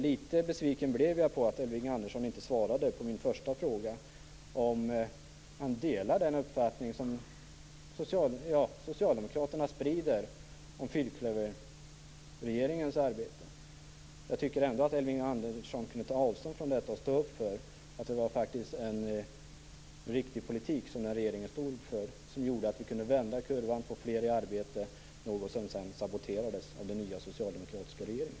Litet besviken blev jag på att Elving Andersson inte svarade på min första fråga om han delar den uppfattning som socialdemokraterna sprider om fyrklöverregeringens arbete. Jag tycker ändå att Elving Andersson kunde ta avstånd från detta och stå upp för att det var en riktig politik som den regeringen bedrev som gjorde att vi kunde vända kurvan och få fler i arbete, något som sedan saboterades av den nya socialdemokratiska regeringen.